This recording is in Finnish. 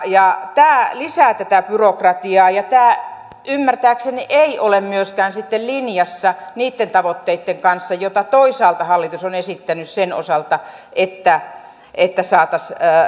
ja tämä lisää tätä byrokratiaa ja tämä ymmärtääkseni ei ole myöskään sitten linjassa niitten tavoitteitten kanssa joita toisaalta hallitus on esittänyt sen osalta että että saataisiin